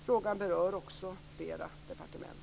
Frågan berör också flera departement.